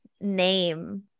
name